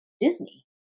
Disney